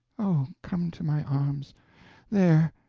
oh, come to my arms there,